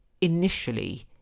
initially